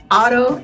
auto